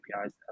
APIs